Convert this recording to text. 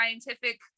scientific